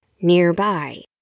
nearby